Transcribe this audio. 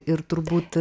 ir turbūt